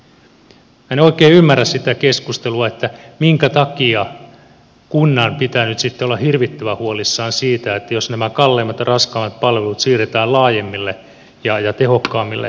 minä en oikein ymmärrä sitä keskustelua että minkä takia kunnan pitää nyt sitten olla hirvittävän huolissaan siitä jos nämä kalleimmat ja raskaimmat palvelut siirretään laajemmille ja tehokkaammille harteille